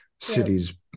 cities